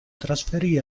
trasferì